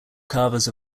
carvers